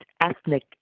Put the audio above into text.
ethnic